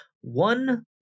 one